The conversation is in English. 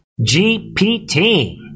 GPT